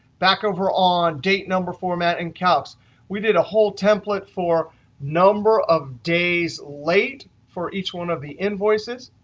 back over on date number format and calcs we did a whole template for number of days late for each one of the invoices.